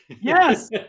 yes